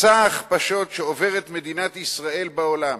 מסע ההכפשות שעוברת מדינת ישראל בעולם,